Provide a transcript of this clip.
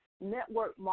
network